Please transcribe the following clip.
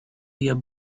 your